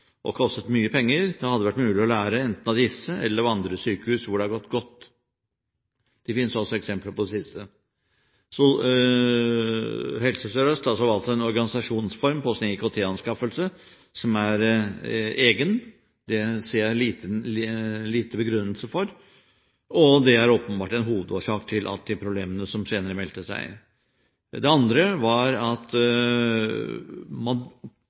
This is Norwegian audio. kostet mye penger. Det hadde vært mulig å lære enten av disse eller av andre sykehus hvor det har gått godt. Det finnes også eksempler på det siste. Helse Sør-Øst har altså valgt en organisasjonsform på sin IKT-anskaffelse som er egen. Det ser jeg lite begrunnelse for, og det er åpenbart en hovedårsak til de problemene som senere meldte seg. Det andre var at man,